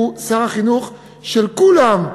הוא שר החינוך של כולם,